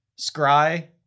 scry